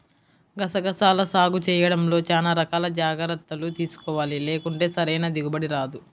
గసగసాల సాగు చేయడంలో చానా రకాల జాగర్తలు తీసుకోవాలి, లేకుంటే సరైన దిగుబడి రాదు